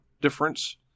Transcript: difference